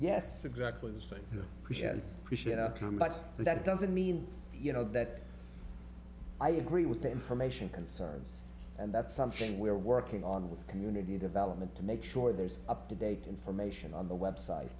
yes exactly the same as com but that doesn't mean you know that i agree with the information concerns and that's something we're working on with community development to make sure there's up to date information on the website